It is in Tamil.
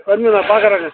வந்து நான் பார்க்கறேங்க